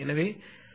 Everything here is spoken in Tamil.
எனவே 646